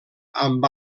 amb